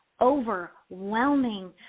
overwhelming